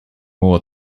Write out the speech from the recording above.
more